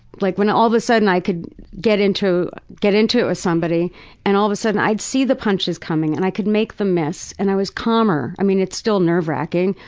like, when all of a sudden i could get into get into somebody and all of a sudden, i'd see the punches coming. and i could make them miss. and i was calmer. i mean, it's still nerve-wracking.